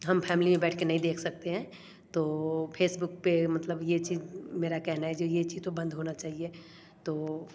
हम फैमली में बैठ के नहीं देख सकते हैं तो फेसबुक पे मतलब ये चीज़ मेरा कहना है जे ये चीज़ तो बंद होना चाहिए तो